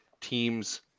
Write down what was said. teams